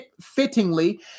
fittingly